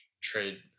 trade